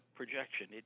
projection